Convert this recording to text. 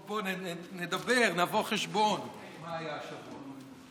נדבר, נבוא חשבון מה היה השבוע.